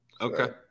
Okay